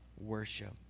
worship